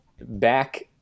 back